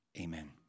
Amen